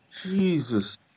Jesus